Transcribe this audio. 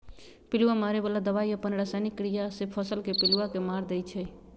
पिलुआ मारे बला दवाई अप्पन रसायनिक क्रिया से फसल के पिलुआ के मार देइ छइ